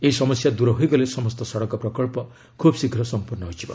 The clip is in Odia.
ଏହି ସମସ୍ୟା ଦୂର ହୋଇଗଲେ ସମସ୍ତ ସଡ଼କ ପ୍ରକଳ୍ପ ଖିବ୍ ଶୀଘ୍ର ସମ୍ପର୍ଣ୍ଣ ହୋଇଯିବ